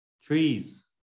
trees